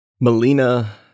Melina